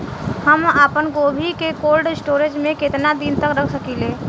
हम आपनगोभि के कोल्ड स्टोरेजऽ में केतना दिन तक रख सकिले?